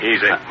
Easy